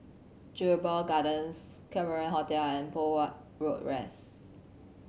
Jedburgh Gardens Cameron Hotel and Poh Huat Road West